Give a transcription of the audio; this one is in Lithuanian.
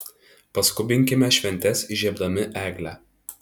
paskubinkime šventes įžiebdami eglę